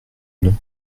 non